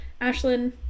Ashlyn